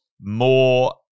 more